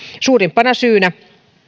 suurimpana syynä